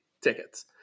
tickets